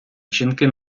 жінки